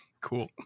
Cool